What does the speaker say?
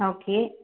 okay